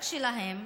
רק שלהם,